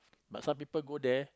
but some people go there